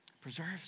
Preserves